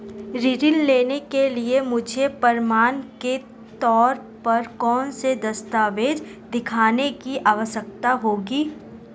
ऋृण लेने के लिए मुझे प्रमाण के तौर पर कौनसे दस्तावेज़ दिखाने की आवश्कता होगी?